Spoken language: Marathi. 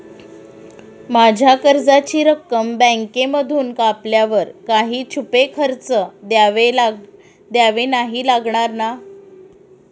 माझ्या कर्जाची रक्कम बँकेमधून कापल्यावर काही छुपे खर्च द्यावे नाही लागणार ना?